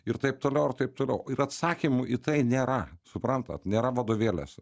ir taip toliau ir taip toliau ir atsakymų į tai nėra suprantat nėra vadovėliuose